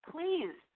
Please